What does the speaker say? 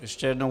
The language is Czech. Ještě jednou.